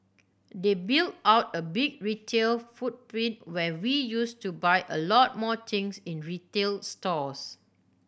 they built out a big retail footprint when we used to buy a lot more things in retail stores